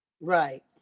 right